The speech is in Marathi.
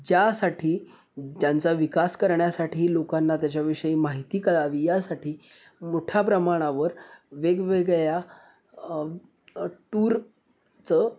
ज्यासाठी त्यांचा विकास करण्यासाठी लोकांना त्याच्याविषयी माहिती कळावी यासाठी मोठ्या प्रमाणावर वेगवेगळ्या टूरचं